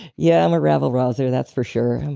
yeah, i'm a rabble rouser that's for sure.